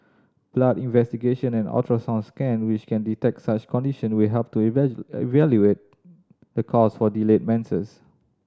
blood investigation and ultrasound scan which can detect such condition will help to evaluate the cause for delayed menses